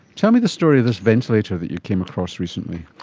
tell me the story of this ventilator that you came across recently.